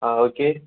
ஆ okay